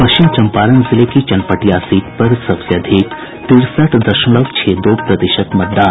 पश्चिम चम्पारण जिले की चनपटिया सीट पर सबसे अधिक तिरसठ दशमलव छह दो प्रतिशत मतदान